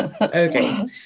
Okay